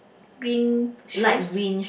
green shoes